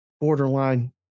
borderline